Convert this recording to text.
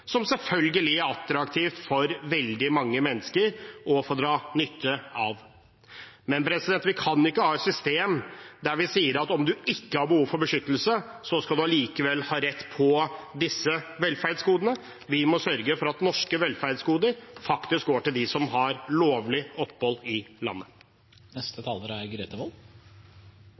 som det selvfølgelig er attraktivt for veldig mange mennesker å få dra nytte av. Men vi kan ikke ha et system der vi sier at om man ikke har behov for beskyttelse, skal man likevel ha rett på disse velferdsgodene. Vi må sørge for at norske velferdsgoder går til dem som har lovlig opphold i landet. Denne saken er